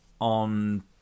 on